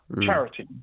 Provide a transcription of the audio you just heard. charity